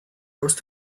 rose